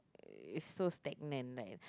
it's so stagnant right